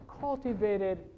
cultivated